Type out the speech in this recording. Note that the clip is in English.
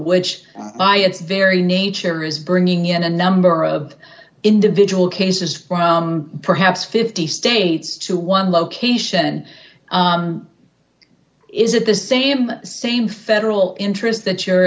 which by its very nature is bringing in a number of individual cases from perhaps fifty states to one location is it the same the same federal interest that you're